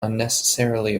unnecessarily